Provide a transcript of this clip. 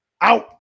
Out